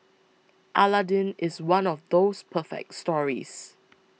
Aladdin is one of those perfect stories